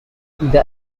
the